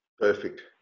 Perfect